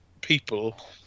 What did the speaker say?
people